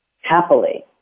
happily